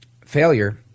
failure